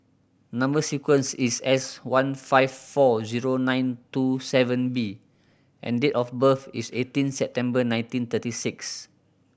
number sequence is S one five four zero nine two seven B and date of birth is eighteen September nineteen thirty six